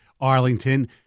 Arlington